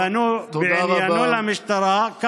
פנו בעניינו למשטרה, תודה רבה.